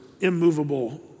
immovable